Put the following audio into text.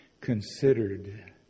considered